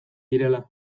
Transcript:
direla